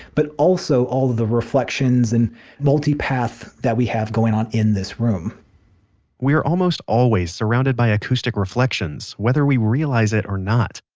but also all of the reflections and multipath that we have going on in this room we're almost always surrounded by acoustic reflections, whether we realize it or not.